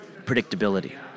predictability